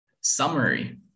summary